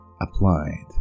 applied